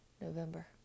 November